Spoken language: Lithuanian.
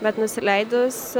bet nusileidus